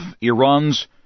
Iran's